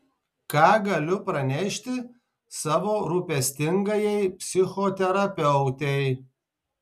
ką galiu pranešti savo rūpestingajai psichoterapeutei